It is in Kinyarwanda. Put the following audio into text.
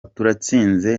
turatsinze